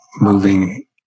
moving